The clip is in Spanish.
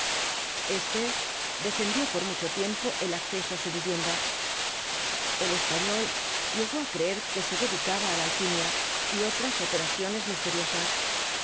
este defendió por mucho tiempo el acceso á su vivienda el español llegó los cuatro jinetes dhl apocalipsis á creer que se dedicaba á la alquimia y otras operaciones misteriosas